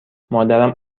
مادرم